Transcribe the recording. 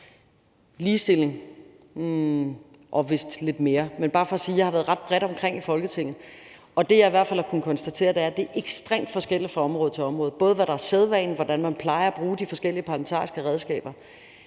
og erhverv – og vist lidt mere. Men det er bare for at sige, at jeg har været ret bredt omkring i Folketinget. Det, jeg i hvert fald har kunnet konstatere, er, at det er ekstremt forskelligt fra område til område, både hvad der er sædvane, og hvordan man plejer at bruge de forskellige parlamentariske redskaber.